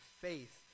faith